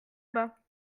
bas